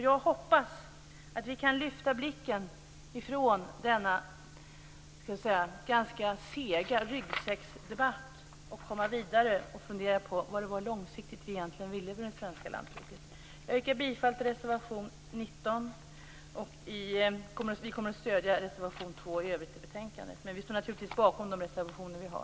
Jag hoppas att vi kan lyfta blicken från denna ganska sega ryggsäcksdebatt, att vi kan komma vidare och fundera på vad det var vi långsiktigt egentligen ville med det svenska lantbruket. Jag yrkar bifall till reservation 19. Vi kommer i övrigt att stödja reservation 2 i betänkandet, men vi står naturligtvis bakom de reservationer vi har.